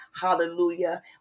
hallelujah